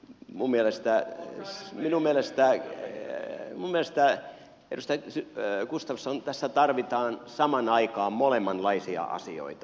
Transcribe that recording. mun mielestä se on pikkupolitikoinnista minun mielestäni edustaja gustafsson tässä tarvitaan samaan aikaan molemmanlaisia asioita